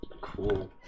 cool